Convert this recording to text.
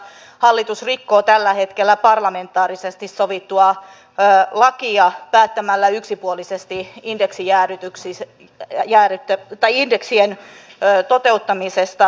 hallitus rikkoo tällä hetkellä parlamentaarisesti sovittua lakia päättämällä yksipuolisesti indeksien toteuttamisesta